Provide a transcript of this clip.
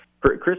Chris